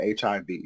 HIV